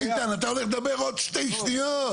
איתן, אתה הולך לדבר עוד שתי שניות.